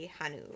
Hanu